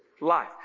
life